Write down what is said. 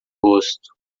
rosto